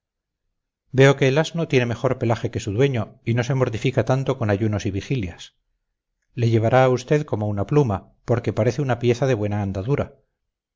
veo que el asno tiene mejor pelaje que su dueño y no se mortifica tanto con ayunos y vigilias le llevará a usted como una pluma porque parece una pieza de buena andadura